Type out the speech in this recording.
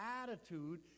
attitude